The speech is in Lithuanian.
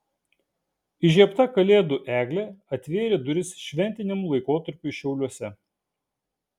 įžiebta kalėdų eglė atvėrė duris šventiniam laikotarpiui šiauliuose